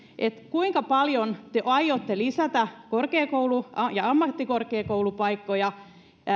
kuinka paljon te aiotte lisätä korkeakoulu ja ammattikorkeakoulupaikkoja